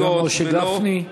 גם משה גפני.